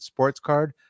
sportscard